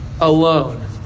alone